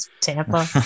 Tampa